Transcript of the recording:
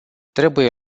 trebuie